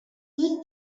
but